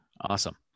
Awesome